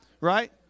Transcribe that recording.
right